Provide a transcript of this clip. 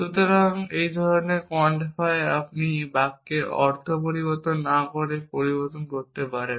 সুতরাং একই ধরণের কোয়ান্টিফায়ার আপনি বাক্যের অর্থ পরিবর্তন না করে পরিবর্তন করতে পারেন